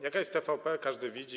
Jaka jest TVP, każdy widzi.